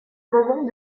moment